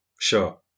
sure